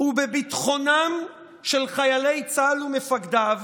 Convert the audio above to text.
ובביטחונם של חיילי צה"ל ומפקדיו